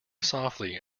softly